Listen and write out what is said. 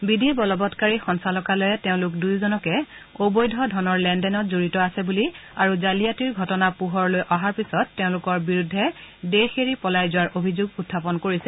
বিধিবলবৎকাৰী সঞ্চালকালয়ে তেওঁলোক দুয়োজনকে অবৈধ ধনৰ লেনদেনত জড়িত আছে বুলি আৰু জালিয়াতিৰ ঘটনা পোহৰলৈ অহাৰ পিছত তেওঁলোকৰ বিৰুদ্ধে দেশ এৰি পলাই যোৱাৰ অভিযোগ উখাপন কৰিছে